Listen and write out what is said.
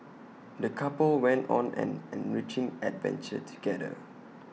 the couple went on an enriching adventure together